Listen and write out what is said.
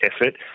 effort